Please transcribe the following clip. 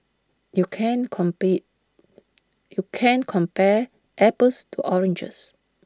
you can't complete you can't compare apples to oranges